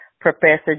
Professor